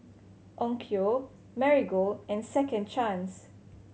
Onkyo Marigold and Second Chance